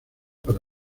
para